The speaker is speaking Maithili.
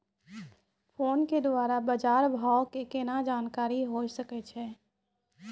फोन के द्वारा बाज़ार भाव के केना जानकारी होय सकै छौ?